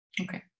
Okay